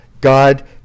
God